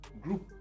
group